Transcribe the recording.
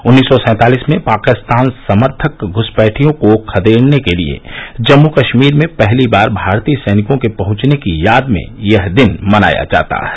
उन्नीस सौ सैंतालिस में पाकिस्तान समर्थक घ्रसपैठियों को खदेड़ने के लिए जम्मू कश्मीर में पहली बार भारतीय सैनिकों के पहुंचने की याद में यह दिन मनायां जाता है